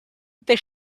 they